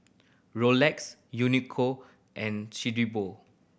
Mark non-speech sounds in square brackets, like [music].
Rolex Uniqlo and [unintelligible]